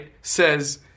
says